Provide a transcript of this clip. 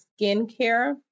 skincare